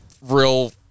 real